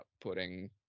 putting